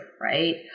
right